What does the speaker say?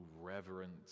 reverent